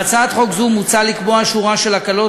בהצעת חוק זו מוצע לקבוע שורה של הקלות